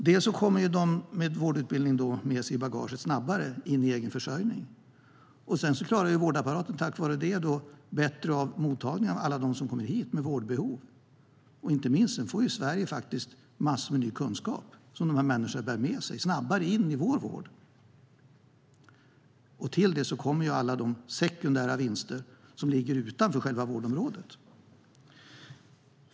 Dels kommer de med vårdutbildning med sig i bagaget då snabbare in i egen försörjning, dels klarar vårdapparaten bättre av mottagningen av de med vårdbehov, dels får Sveriges sjukvård snabbare till sig den kunskap som med stor sannolikhet finns bland de som flyr. Till detta kommer alla sekundära vinster utanför vårdområdet.